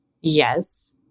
Yes